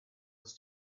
was